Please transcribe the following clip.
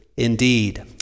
Indeed